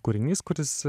kūrinys kuris